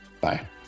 Bye